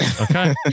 Okay